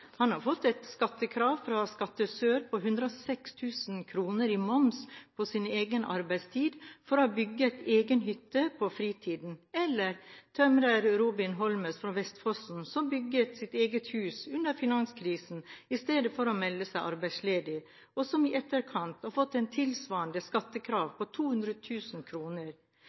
Han har fått et skattekrav fra Skatt sør på 106 000 kr i moms på sin egen arbeidstid for å ha bygd egen hytte på fritiden. Et annet eksempel: Tømrer Robin Holmes fra Vestfossen, som bygde sitt eget hus under finanskrisen i stedet for å melde seg arbeidsledig, har i etterkant fått et skattekrav på